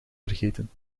vergeten